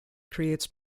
creates